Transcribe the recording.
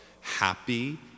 happy